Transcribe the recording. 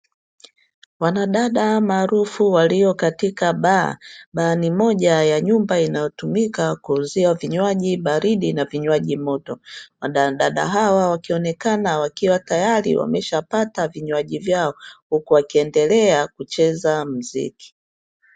Wanadada maarufu walio katika baa; baa ni moja ya nyumba inayotumika kuuzia vinywaji baridi na vinywaji moto. Wanadada hawa wakionekana wakiwa tayari wameshapata vinywaji vyao, huku wakiendelea kucheza muziki.